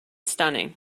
stunning